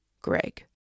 Greg